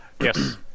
Yes